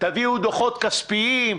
תביאו דוחות כספיים,